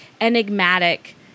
enigmatic